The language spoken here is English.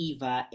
Eva